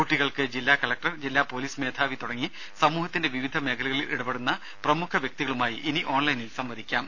കുട്ടികൾക്ക് ജില്ലാ കളക്ടർ ജില്ലാ പോലീസ് മേധാവി തുടങ്ങി സമൂഹത്തിന്റെ വിവിധ മേഖലകളിൽ ഇടപെടുന്ന പ്രമുഖ വ്യക്തികളുമായി ഇനി ഓൺലൈനിൽ സംവദിക്കാം